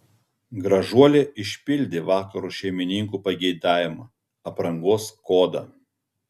gražuolė išpildė vakaro šeimininkų pageidavimą aprangos kodą